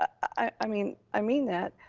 i i mean i mean that,